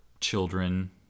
children